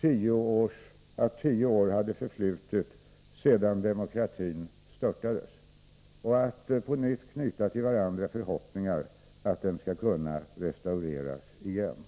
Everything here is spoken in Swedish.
tio år hade förflutit sedan demokratin störtades. Vi hoppas alla att den snart skall återställas.